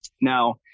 Now